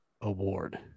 award